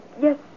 yes